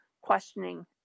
questioning